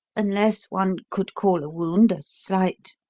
unless one could call a wound a slight,